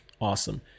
awesome